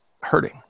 hurting